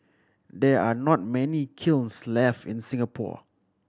there are not many kilns left in Singapore